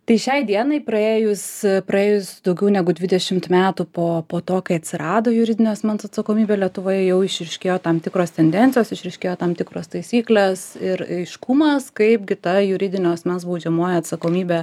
tai šiai dienai praėjus praėjus daugiau negu dvidešimt metų po po to kai atsirado juridinio asmens atsakomybė lietuvoje jau išryškėjo tam tikros tendencijos išryškėjo tam tikros taisyklės ir aiškumas kaipgi ta juridinio asmens baudžiamoji atsakomybė